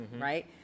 right